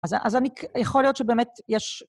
אז יכול להיות שבאמת יש...